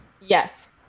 yes